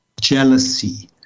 jealousy